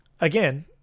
again